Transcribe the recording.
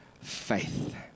faith